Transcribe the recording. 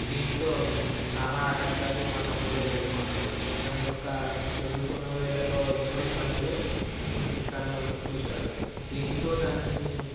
దీంతో చాలా ఆటంకాలు మా తమ్ముడు ఎదుర్కొన్నాడు తన యొక్క చదువుతున్న వేళల్లో ఎన్నో ఇబ్బందులు తను చూసాడు దీనితో దాన్ని